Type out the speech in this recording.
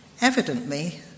Evidently